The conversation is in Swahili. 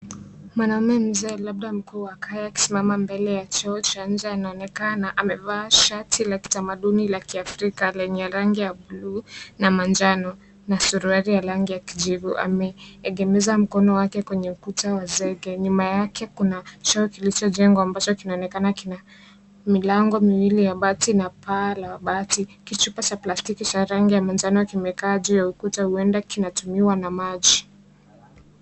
Mwaname mzee labda mkuu wa kaya akisimama mbele ya choo cha nje anaonekana amevaa shati la kitamaduni la kiafrika lenye rangi ya buluu na manjano na suruali ya rangi ya kijivu. Ameegemeza mkono wake kwenye ukuta wa zege. Nyuma yake kuna choo kilichojengwa ambacho kinaonekana kina milango ya bati na paa la bati. Kichupa cha plastiki cha rangi ya manjano kimekaa juu ya ukuta huenda kinatumiwa na maji.